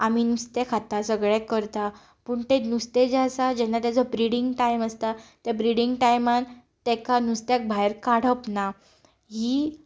आमी नुस्तें खाता सगळे करता पूण तें नुस्तें जें आसा जेन्ना ताचो ब्रिडींग टायम आसता ते ब्रिडींग टायमांत तेका नुस्त्याक भायर काडप ना ही